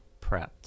prepped